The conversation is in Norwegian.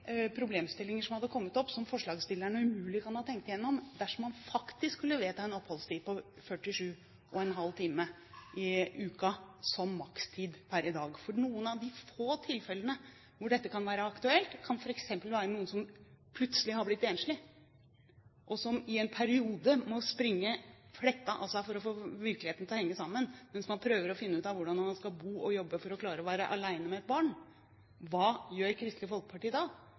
oppholdstid på 47,5 timer i uka som makstid per i dag. For noen av de få tilfellene der dette kan være aktuelt, kan f.eks. være om man plutselig har blitt enslig, der en i en periode må springe fletta av seg for å få virkeligheten til å henge sammen mens man prøver å finne ut av hvordan man skal bo og jobbe for å klare å være alene med et barn. Hva gjør Kristelig Folkeparti da?